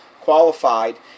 qualified